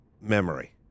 memory